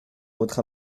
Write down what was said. votre